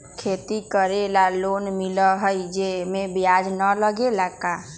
खेती करे ला लोन मिलहई जे में ब्याज न लगेला का?